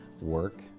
work